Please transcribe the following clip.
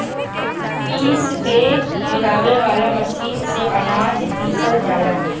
पीस के मिलावे वाला मशीन से अनाज पिसल जाला